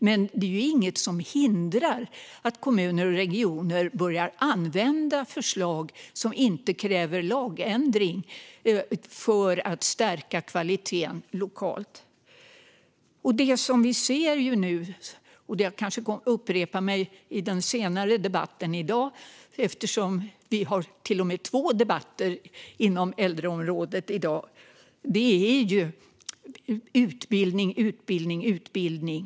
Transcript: Men det är inget som hindrar att kommuner och regioner börjar använda förslag som inte kräver lagändring för att stärka kvaliteten lokalt. Jag kommer kanske att upprepa mig i den senare debatten i dag. Vi har till och med två debatter inom äldreområdet i dag. Det handlar om utbildning, utbildning och utbildning.